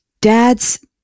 Dad's